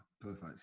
Perfect